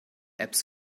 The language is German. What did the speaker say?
apps